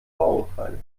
vorurteile